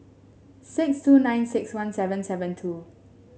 six two nine six one seven seven two